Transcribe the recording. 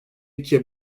ikiye